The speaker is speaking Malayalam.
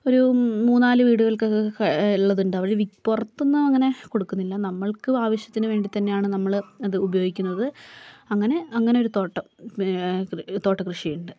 ഒരു മൂന്നാല് വീടുകൾക്കൊക്കെ ക ഉള്ളതുണ്ട് അവർ വിക് പുറത്തൊന്നും അങ്ങനെ കൊടുക്കുന്നില്ല നമ്മൾക്ക് ആവശ്യത്തിന് വേണ്ടി തന്നെയാണ് നമ്മൾ അത് ഉപയോഗിക്കുന്നത് അങ്ങനെ അങ്ങനെയൊരു തോട്ടം കൃ തോട്ട കൃഷിയുണ്ട്